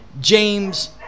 James